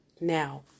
Now